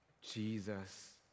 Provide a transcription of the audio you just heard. Jesus